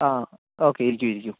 ആ ഓക്കെ ഇരിക്കൂ ഇരിക്കൂ